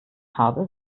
habe